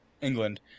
England